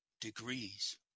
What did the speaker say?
degrees